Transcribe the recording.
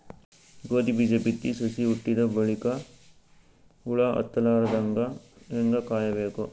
ಗೋಧಿ ಬೀಜ ಬಿತ್ತಿ ಸಸಿ ಹುಟ್ಟಿದ ಬಲಿಕ ಹುಳ ಹತ್ತಲಾರದಂಗ ಹೇಂಗ ಕಾಯಬೇಕು?